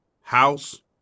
house